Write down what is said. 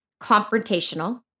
confrontational